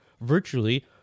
virtually